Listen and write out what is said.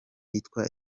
yitwa